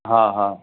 हा हा